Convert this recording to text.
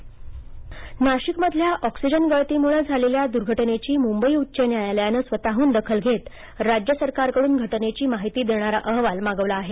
नाशिक दर्घटना न्यायालय नाशिकमधल्या ऑक्सिजन गळतीमुळं झालेल्या दुर्घटनेघी मुंबई उच्च न्यायालयानं स्वतः हून दखल घेत राज्य सरकारकडून घटनेची माहिती देणारा अहवाल मागवला आहे